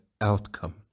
outcome